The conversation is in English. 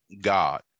God